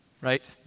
right